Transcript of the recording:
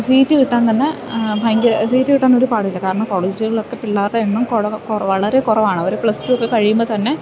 seat കിട്ടാൻ തന്നെ ഭയങ്കര സീറ്റ് കിട്ടാൻ ഒരു പാടുമില്ല കാരണം കോളേജുകളിലൊക്കെ പിള്ളേരുടെ എണ്ണം വളരെ കുറവാണ് അവര് പ്ലസ് ടു ഒക്കെ കഴിയുമ്പോള്ത്തന്നെ